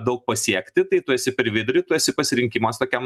daug pasiekti tai tu esi per vidurį tu esi pasirinkimas tokiam